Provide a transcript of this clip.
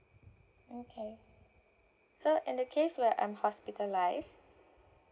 okay so in the case where I'm hospitalised